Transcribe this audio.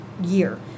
year